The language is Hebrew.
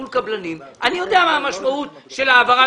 מול קבלנים ואני יודע מה המשמעות של העברה